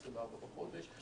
24 לחודש.